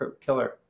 killer